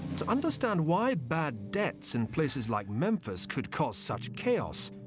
to understand why bad debts in places like memphis could cause such chaos,